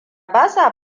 bada